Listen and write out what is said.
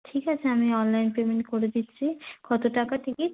ঠিক আছে আমি অনলাইন পেমেন্ট করে দিচ্ছি কত টাকা টিকিট